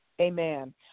amen